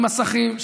עם מסכים,